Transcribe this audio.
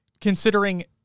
considering